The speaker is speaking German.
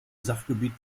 sachgebiet